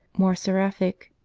more seraphic.